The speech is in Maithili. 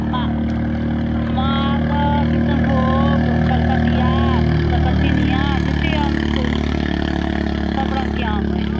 मा मालदह किशनभोग कलकतिया सकरतिनियाँ जत्तेक आम कु सब रङ्ग के आम अइ